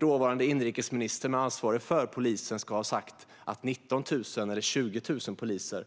Dåvarande inrikesministern med ansvar för polisen ska ha sagt att det inte spelar så stor roll om det är 19 000 eller 20 000 poliser.